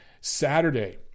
Saturday